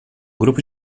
grupo